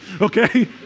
okay